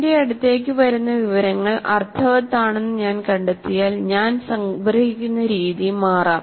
എന്റെ അടുത്തേക്ക് വരുന്ന വിവരങ്ങൾ അർത്ഥവത്താണെന്ന് ഞാൻ കണ്ടെത്തിയാൽ ഞാൻ സംഗ്രഹിക്കുന്ന രീതി മാറാം